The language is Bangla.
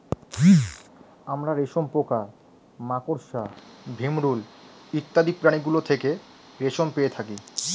আমরা রেশম পোকা, মাকড়সা, ভিমরূল ইত্যাদি প্রাণীগুলো থেকে রেশম পেয়ে থাকি